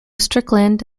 strickland